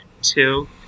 two